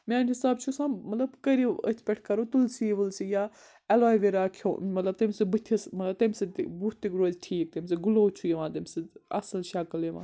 میانہِ حساب چھُ آسان مطلب کٔرِو أتھ پٮ۪ٹھ کَرو تُلسی وُلسی یا ایٚلو ویرا کھیوٚو مطلب تَمہِ سۭتۍ بٔتھِس مطلب تَمہِ سۭتۍ تہِ بُتھ تہِ روزِ ٹھیٖک تَمہِ سۭتۍ گُلو چھُ یِوان تَمہِ سۭتۍ اَصٕل شکل یِوان